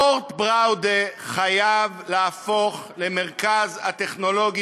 "אורט בראודה" חייב להפוך למרכז הטכנולוגי